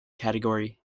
category